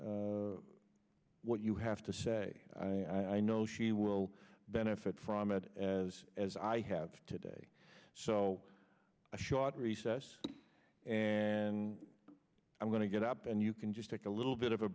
what you have to say i know she will benefit from it as as i have today so a short recess and i'm going to get up and you can just take a little bit of a